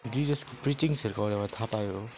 Jesus प्रिचिङ्गसहरूको थाहा पायो